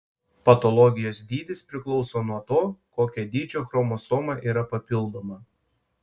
patologijos dydis priklauso nuo to kokio dydžio chromosoma yra papildoma